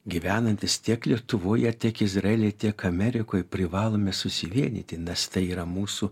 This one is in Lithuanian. gyvenantys tiek lietuvoje tiek izraelyje tiek amerikoj privalome susivienyti nes tai yra mūsų